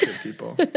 people